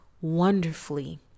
wonderfully